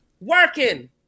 Working